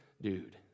dude